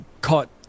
caught